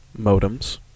Modems